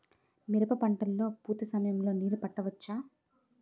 మిరప పంట లొ పూత సమయం లొ నీళ్ళు పెట్టవచ్చా?